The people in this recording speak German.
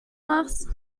machst